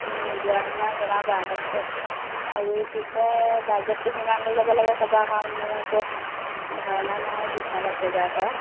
যোৱা দিনা জনাবা তাৰপিছত আৰু কি কয় বাজেটটো কিমান লৈ যাব লাগে ক'বা কাৰণ মোৰ একো ধাৰণা নাই বিছালত বজাৰ কৰা